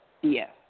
Yes